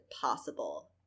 possible